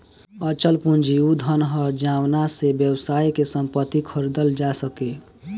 अचल पूंजी उ धन ह जावना से व्यवसाय के संपत्ति खरीदल जा सके